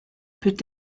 peut